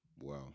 Wow